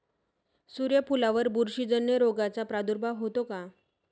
सूर्यफुलावर बुरशीजन्य रोगाचा प्रादुर्भाव होतो का?